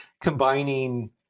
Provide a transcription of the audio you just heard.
combining